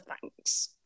thanks